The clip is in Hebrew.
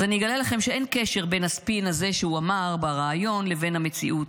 אז אני אגלה לכם שאין קשר בין הספין הזה שהוא אמר בריאיון לבין המציאות,